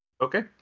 Okay